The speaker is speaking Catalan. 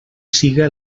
siga